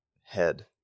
head